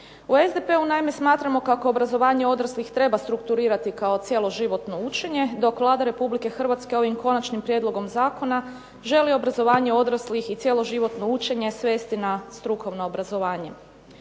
U SDP-u naime smatramo kako obrazovanje odraslih treba strukturirati kao cjeloživotno učenje, dok Vlada Republike Hrvatske ovim konačnim prijedlogom zakona želi obrazovanje odraslih i cjeloživotno učenje svesti na strukovno obrazovanje.